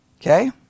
Okay